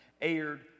aired